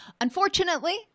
Unfortunately